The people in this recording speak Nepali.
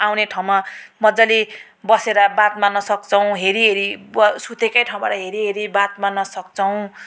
आउने ठाउँमा मजाले बसेर बात मार्न सक्छौँ हेरी हेरी सुतेकै ठाउँबाट हेरी हेरी बात मार्न सक्छौँ